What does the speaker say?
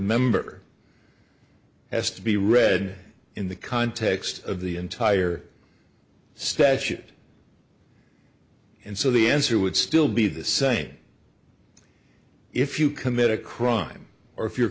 member has to be read in the context of the entire statute and so the answer would still be the same if you commit a crime or if you're